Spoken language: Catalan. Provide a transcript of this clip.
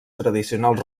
tradicionals